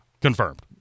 confirmed